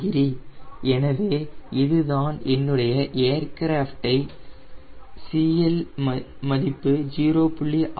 12 எனவே இதுதான் என்னுடைய ஏர்கிராஃப்டை CL மதிப்பு 0